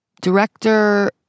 director